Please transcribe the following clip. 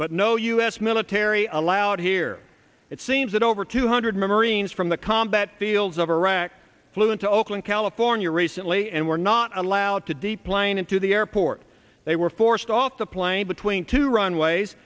but no u s military allowed here it seems that over two hundred marines from the combat fields of iraq flew into oakland california recently and were not allowed to deplane into the airport they were forced off a plane between two runways